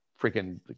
freaking